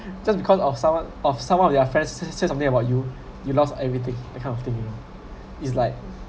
just because of someone of some of your friends say say something about you you lost everything that kind of thing it's like